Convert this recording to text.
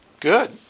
Good